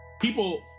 people